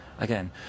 Again